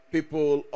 people